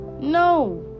no